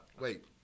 Wait